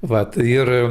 vat tai ir